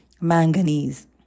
manganese